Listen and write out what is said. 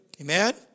Amen